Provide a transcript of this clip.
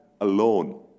alone